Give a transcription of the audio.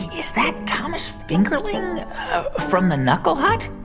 is that thomas fingerling from the knuckle hut?